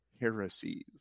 heresies